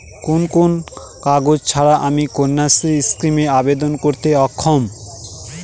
কোন কোন কাগজ ছাড়া আমি কন্যাশ্রী স্কিমে আবেদন করতে অক্ষম?